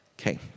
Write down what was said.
Okay